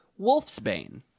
Wolfsbane